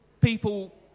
people